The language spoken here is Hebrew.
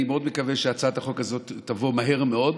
אני מאוד מקווה שהצעת החוק הזאת תבוא מהר מאוד,